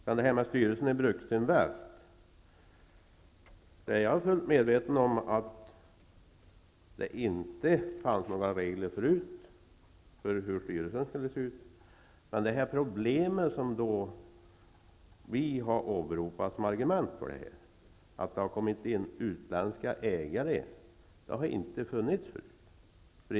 När det gäller styrelsen för Bruksinvest är jag fullt medveten om att det tidigare inte fanns några regler för hur styrelsen skulle vara sammansatt. Vad vi har anfört som argument för vårt förslag är att det har kommit in utländska ägare i bolaget. Det har det inte funnits förut.